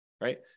Right